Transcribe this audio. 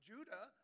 Judah